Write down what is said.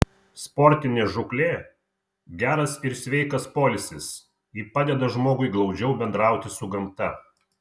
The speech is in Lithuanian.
sportinė žūklė geras ir sveikas poilsis ji padeda žmogui glaudžiau bendrauti su gamta